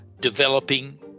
developing